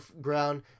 ground